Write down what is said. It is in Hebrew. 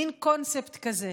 מין קונספט כזה